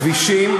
כבישים,